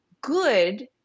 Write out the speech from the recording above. good